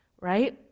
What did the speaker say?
right